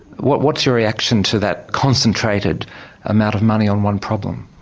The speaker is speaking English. what's your reaction to that concentrated amount of money on one problem?